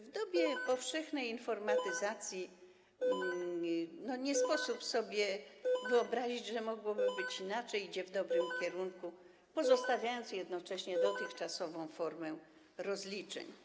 w dobie powszechnej informatyzacji nie sposób sobie wyobrazić, że mogłoby być inaczej - i idzie w dobrym kierunku, pozostawiając jednocześnie dotychczasową formę rozliczeń.